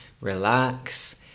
relax